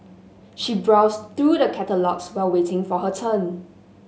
she browsed through the catalogues while waiting for her turn